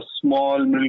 small